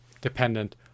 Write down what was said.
dependent